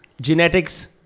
genetics